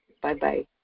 Bye-bye